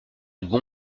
bon